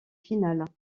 finales